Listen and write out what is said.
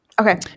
Okay